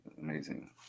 amazing